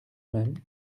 même